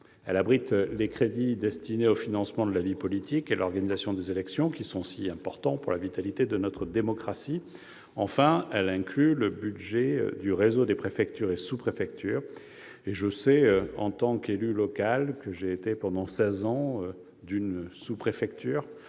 Elle abrite les crédits destinés au financement de la vie politique et à l'organisation des élections, qui sont si importants pour la vitalité de notre démocratie. Enfin, elle inclut le budget du réseau des préfectures et sous-préfectures. Je sais, pour avoir été élu local, pendant seize ans, d'une sous-préfecture-